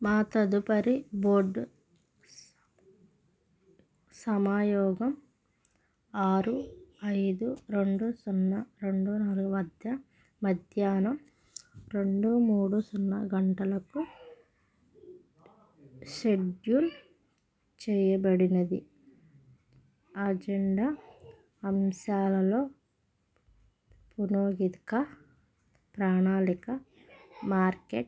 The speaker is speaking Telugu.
మా తదుపరి బోర్డు సమాయోగం ఆరు ఐదు రెండు సున్నా రెండు నాలుగు వద్ద మధ్యాహ్నం రెండు మూడు సున్నా గంటలకు షెడ్యూల్ చేయబడినది అజెండా అంశాలలో పురోహితికా ప్రాణాళిక మార్కెట్